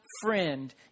friend